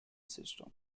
system